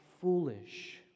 foolish